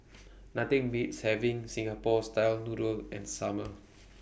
Nothing Beats having Singapore Style Noodles in Summer